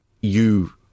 you-